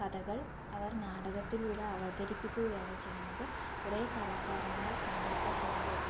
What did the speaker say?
കഥകൾ അവർ നാടകത്തിലൂടെ അവതരിപ്പിക്കുകയാണ് ചെയ്യുന്നത് കുറേ കലാകാരന്മാർ പണ്ടത്തെ കഥകൾ